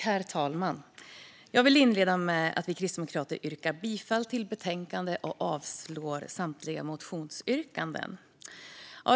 Herr talman! Jag vill inleda med att för Kristdemokraterna yrka bifall till utskottets förslag och avslag på samtliga motionsyrkanden.